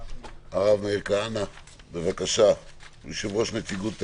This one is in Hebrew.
הרב מאיר כהנא, יושב-ראש נציבות הדיינים.